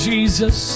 Jesus